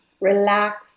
relax